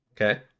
Okay